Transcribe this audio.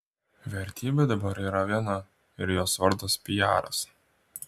vertybė dabar yra viena ir jos vardas piaras